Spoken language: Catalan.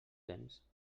temps